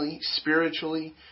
spiritually